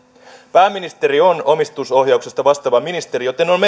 pääministeri on omistusohjauksesta vastaava ministeri joten on